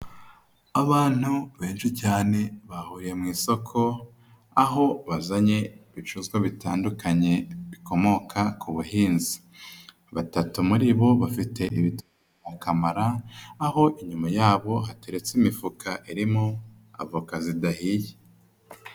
Abantu benshi cyane bahuriye mu isoko. Aho bazanye ibicuruzwa bitandukanye bikomoka ku buhinzi. Batatu muri bo bafite ibitoki bya kamara, aho inyuma yabo hateretse imifuka irimo avoka zidahiye.